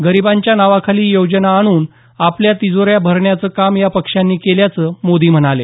गरीबांच्या नावाखाली योजना आणून आपल्या तिजोऱ्या भरण्याचं काम या पक्षांनी केल्याचं मोदी म्हणाले